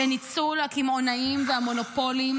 לניצול הקמעונאים והמונופולים,